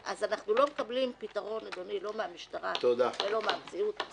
אנחנו לא מקבלים פתרון לא מהמשטרה ולא מהמציאות.